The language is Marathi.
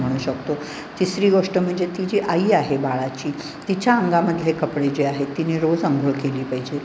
म्हणू शकतो तिसरी गोष्ट म्हणजे ती जी आई आहे बाळाची तिच्या अंगामधले कपडे जे आहेत तिने रोज अंघोळ केली पाहिजे